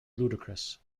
ludicrous